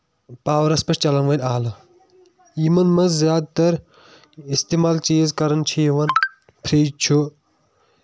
پاورَس پٮ۪ٹھ چلان وٲلۍ آلہٕ یِمن منٛز زیادٕ تر اِستعمال چیٖز کرنہٕ چھِ یِوان فرج چھُ